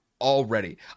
already